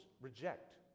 reject